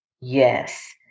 Yes